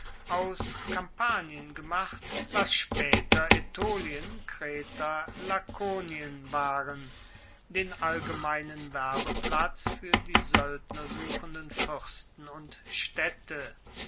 aus kampanien gemacht was spaeter aetolien kreta lakonien waren den allgemeinen werbeplatz fuer die soeldnersuchenden fuersten und staedte